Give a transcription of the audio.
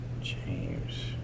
James